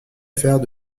faire